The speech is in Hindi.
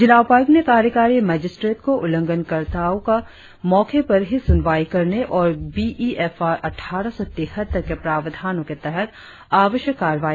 जिला उपायुक्त ने कार्यकारी मजिस्ट्रेड को उल्लंघनकर्ताओं का मौके पर ही सुनवाई करने और बी ई एफ आर अट्ठारह सौ तिहत्तर के प्रावधानों के तहत आवश्यक कारवाई करने का निर्देश भी दिया